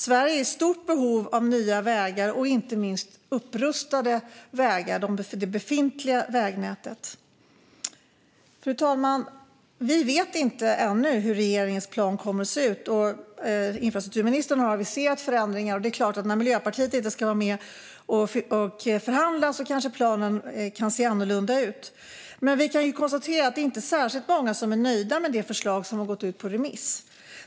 Sverige är i stort behov av nya vägar och inte minst upprustning av vägar i det befintliga vägnätet. Fru talman! Vi vet ännu inte hur regeringens plan kommer att se ut. Infrastrukturministern har aviserat förändringar, och det är klart att planen kanske kan se annorlunda ut när Miljöpartiet inte ska vara med och förhandla. Men vi kan konstatera att det är inte särskilt många som är nöjda med det förslag som har gått ut på remiss.